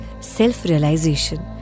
self-realization